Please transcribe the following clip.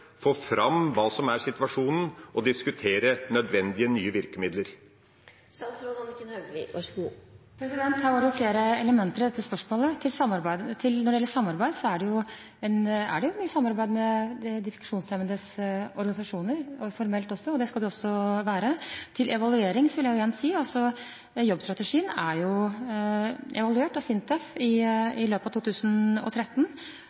få fram hva som er situasjonen, og diskutere nødvendige nye virkemidler? Her var det flere elementer i dette spørsmålet. Når det gjelder samarbeid, er det mye samarbeid med de funksjonshemmedes organisasjoner, formelt også. Det skal det også være. Til evaluering vil jeg igjen si at jobbstrategien ble evaluert av SINTEF